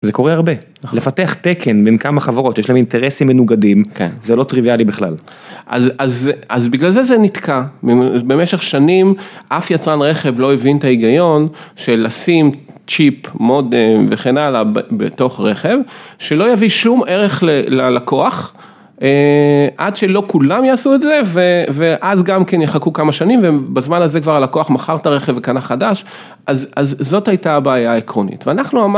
זה קורה הרבה לפתח תקן בין כמה חברות יש להם אינטרסים מנוגדים זה לא טריוויאלי בכלל אז אז אז בגלל זה זה נתקע במשך שנים אף יצרן רכב לא הבין את ההיגיון של לשים צ'יפ, מודם וכן הלאה בתוך רכב שלא יביא שום ערך ללקוח עד שלא כולם יעשו את זה ואז גם כן יחכו כמה שנים בזמן הזה כבר הלקוח מחר את הרכב וקנה חדש אז זאת הייתה הבעיה העקרונית ואנחנו אמרנו.